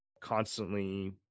constantly